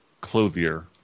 clothier